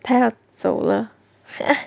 她要走了